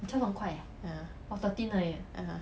ya ah